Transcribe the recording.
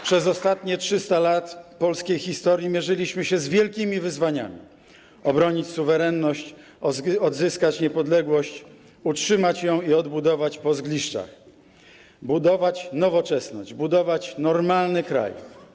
Przez ostatnie 300 lat polskiej historii mierzyliśmy się z wielkimi wyzwaniami: obronić suwerenność, odzyskać niepodległość, utrzymać ją i odbudować po zgliszczach, budować nowoczesność, budować normalny kraj.